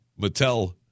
Mattel